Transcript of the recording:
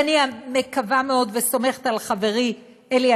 ואני מקווה מאוד וסומכת על חברי אלי